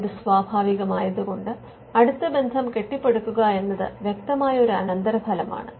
ഇത് സ്വാഭാവികമായത് കൊണ്ട് അടുത്ത ബന്ധം കെട്ടിപ്പടുക്കുക എന്നത് വ്യക്തമായ ഒരു അനന്തരഫലമാണ്